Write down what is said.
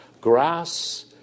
grass